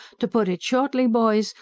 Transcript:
to put it shortly, boys,